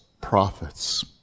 Prophets